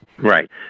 Right